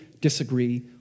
disagree